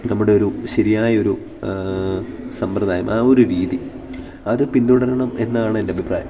നമ്മുടൊരു ശരിയായൊരു സമ്പ്രദായം ആ ഒരു രീതി അത് പിന്തുടരണം എന്നാണ് എൻ്റഭിപ്രായം